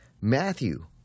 Matthew